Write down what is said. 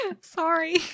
sorry